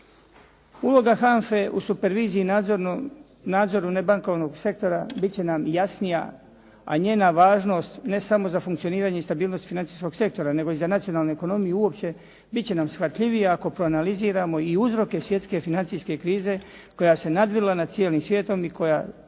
Uloga HANFA-e u superviziji, nadzoru nebankovnog sektora bit će nam jasnija, a njena važnost ne samo za funkcioniranje i stabilnost financijskog sektora, nego i za nacionalnu ekonomiju uopće bit će nam shvatljivija ako proanaliziramo i uzroke svjetske financijske krize koja se nadvila nad cijelim svijetom i koja